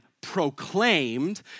proclaimed